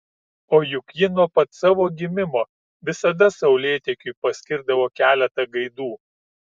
o juk ji nuo pat savo gimimo visada saulėtekiui paskirdavo keletą gaidų